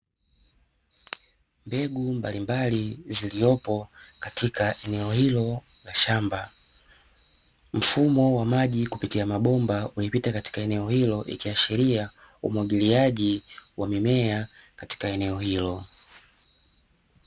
Mbegu mbalimbali ziliopo katika eneo hilo la shamba, mfumo wa maji kupitia mabomba ulipita katika eneo hilo ikiashiria umwagiliaji wa mimea katika eneo hilo.